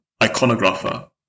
iconographer